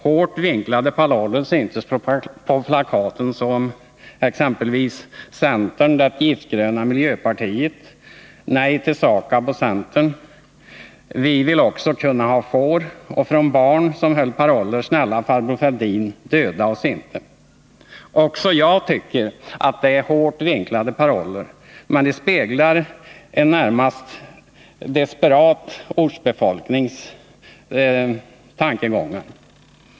Hårt vinklade paroller syntes på plakaten, sådana som: ”Centern det giftgröna miljöpartiet”, ”Nej till SAKAB och centern”, ”Vi vill också kunna ha får” och från barn parollen ”Snälla farbror Fälldin döda oss inte”. Också jag tycker att det är hårt vinklade paroller, men de speglar närmast en desperat ortsbefolknings tankegångar.